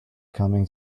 coming